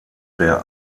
der